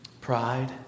Pride